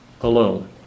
alone